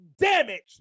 Damage